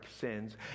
sins